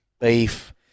beef